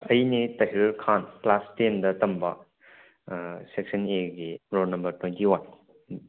ꯑꯩꯅꯦ Tahir Khan class tenth ꯇꯝꯕ section ꯑꯦꯒꯤ ꯔꯣꯟ ꯅꯝꯕꯔ ꯇ꯭ꯋꯦꯟꯇꯤ ꯋꯥꯟ